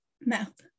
mouth